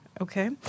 Okay